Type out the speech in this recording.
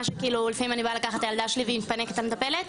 של כאילו לפעמים אני באה לקחת את הילדה שלי והיא מתפנקת על המטפלת,